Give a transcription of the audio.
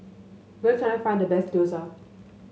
where can I find the best Gyoza